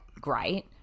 great